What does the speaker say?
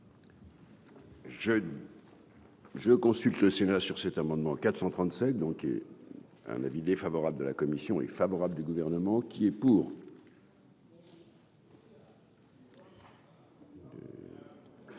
Je consulte le Sénat sur cet amendement 437 donc un avis défavorable de la commission est favorable du gouvernement qui est pour.